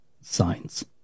signs